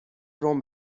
روم